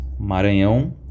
Maranhão